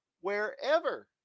wherever